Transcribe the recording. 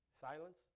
Silence